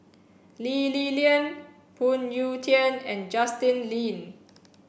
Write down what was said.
Lee Li Lian Phoon Yew Tien and Justin Lean